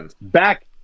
back